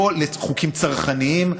לחוקים צרכניים.